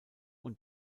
und